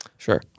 Sure